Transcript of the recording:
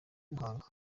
muhanga